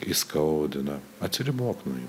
įskaudina atsiribok nuo jų